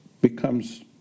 becomes